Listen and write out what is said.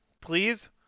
Please